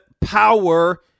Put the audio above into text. power